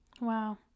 Wow